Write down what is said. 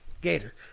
gator